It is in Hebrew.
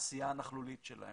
העשייה הנכלולית שלהם.